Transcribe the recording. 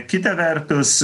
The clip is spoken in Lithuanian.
kita vertus